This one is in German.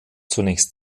zunächst